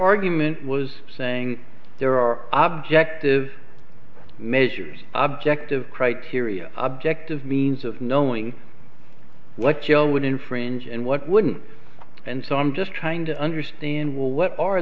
argument was saying there are objectively measures objective criteria objective means of knowing what g l would infringe and what wouldn't and so i'm just trying to understand well what are